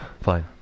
Fine